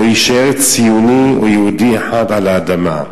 לא יישאר ציוני או יהודי אחד על האדמה.